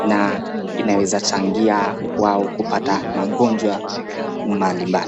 na inaweza changia wao kupata magonjwa mbalimbali.